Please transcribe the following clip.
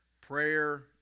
Prayer